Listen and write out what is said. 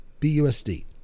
BUSD